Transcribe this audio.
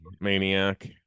maniac